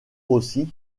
aussi